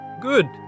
Good